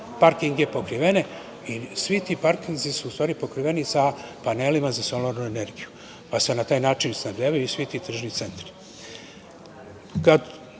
parkinge pokrivene i svi ti parkinzi su u stvari pokriveni sa panelima za solarnu energiju, pa se na taj način snabdevaju i svi ti tržni centri. Kada